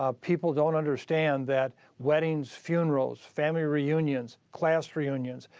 ah people don't understand that weddings, funerals, family reunions, class reunions,